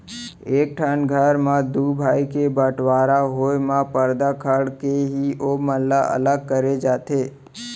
एक ठन घर म दू भाई के बँटवारा होय म परदा खंड़ के ही ओमन ल अलग करे जाथे